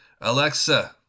Alexa